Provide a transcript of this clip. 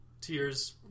tears